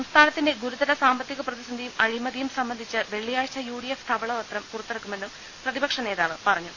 സംസ്ഥാനത്തിന്റെ ഗുരുതര സാമ്പത്തിക പ്രതിസന്ധിയും അഴിമതിയും സംബന്ധിച്ച് വെളളിയാഴ്ച യു്ഡിഎഫ് ധവളപത്രം പുറത്തിറക്കുമെന്നും പ്രതി പക്ഷനേതാവ് പറഞ്ഞു